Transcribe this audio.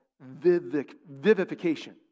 vivification